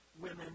women